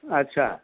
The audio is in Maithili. अच्छा